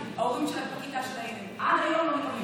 ההורים בכיתה של הילד בגבעת שמואל עד היום לא מקבלים מענה.